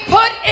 put